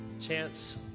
chance